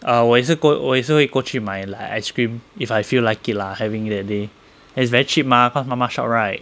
err 我也是过我也是会过去买 like ice cream if I feel like it lah having it that day and is very cheap mah because mama shop right